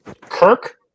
Kirk